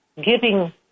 giving